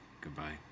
goodbye